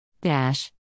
Dash